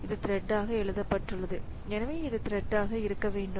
இது த்ரெட் ஆக எழுதப்பட்டுள்ளது எனவே இது த்ரெட் ஆக இருக்க வேண்டும்